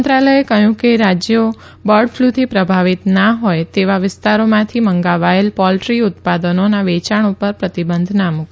મંત્રાલયે કહ્યું કે રાજ્યો બર્ડ ફ્લૂથી પ્રભાવિતના હોય તેવા વિસ્તારોમાંથી મંગાવેયાલ પોલ્ટ્રી ઉત્પાદનોના વેયાણ પર પ્રતિબંધ ના મૂકે